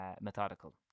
methodical